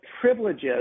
privileges